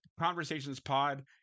Conversationspod